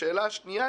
השאלה השנייה